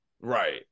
Right